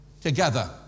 together